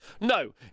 no